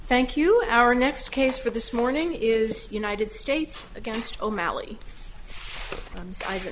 thank you our next case for this morning is united states against